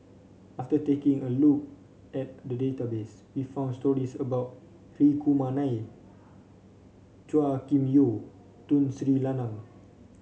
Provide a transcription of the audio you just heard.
after taking a look at the database we found stories about Hri Kumar Nair Chua Kim Yeow Tun Sri Lanang